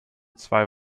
zwei